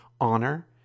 honor